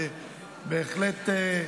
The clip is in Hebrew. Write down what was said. ובהחלט,